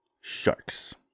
sharks